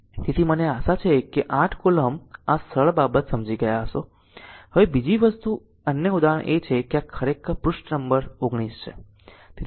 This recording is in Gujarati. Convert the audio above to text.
તેથી મને આશા છે કે 8 કૂલોમ્બ આ સરળ બાબત સમજી ગયા હશે હવે બીજી વસ્તુ અન્ય ઉદાહરણ એ છે કે આ ખરેખર પૃષ્ઠ નંબર 19 છે